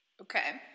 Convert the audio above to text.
Okay